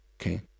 okay